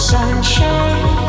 Sunshine